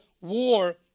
war